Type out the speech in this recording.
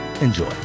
Enjoy